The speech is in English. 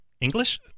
English